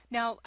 Now